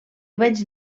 vaig